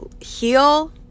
heal